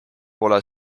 pole